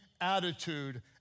attitude